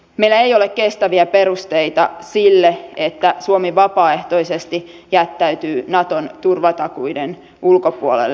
meillä ei ole kestäviä perusteita sille että suomi vapaaehtoisesti jättäytyy naton turvatakuiden ulkopuolelle